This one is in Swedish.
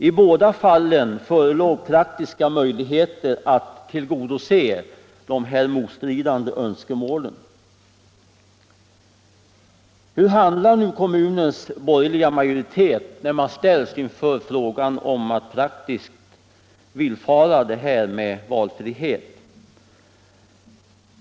I båda fallen förelåg praktiska möjligheter att tillgodose dessa motstridande önskemål. Hur handlade nu kommunens borgerliga majoritet när man ställdes inför frågan att praktiskt villfara detta med valfrihet?